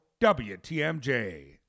WTMJ